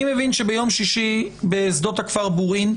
אני מבין שביום שישי בשדות הכפר בורין,